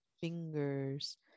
fingers